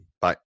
Bye